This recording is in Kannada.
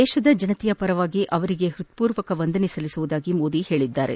ದೇಶದ ಜನತೆಯ ಪರವಾಗಿ ಅವರಿಗೆ ಹೃತ್ಪೂರ್ವಕ ವಂದನೆ ಸಲ್ಲಿಸುವುದಾಗಿ ಮೋದಿ ಹೇಳಿದ್ದಾರೆ